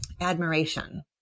admiration